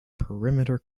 perimeter